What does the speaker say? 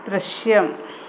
ദൃശ്യം